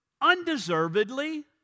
undeservedly